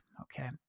okay